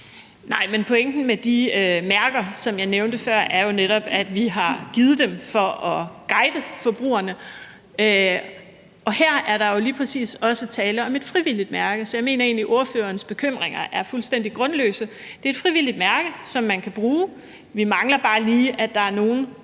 Nej, men pointen med de mærker, som jeg nævnte før, er jo netop, at vi har givet dem for at guide forbrugerne, og her er der jo lige præcis også tale om et frivilligt mærke. Så jeg mener egentlig, at ordførerens bekymringer er fuldstændig grundløse. Det er et frivilligt mærke, som man kan bruge. Vi mangler bare lige, at der er nogen,